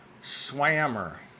swammer